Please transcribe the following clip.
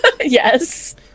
Yes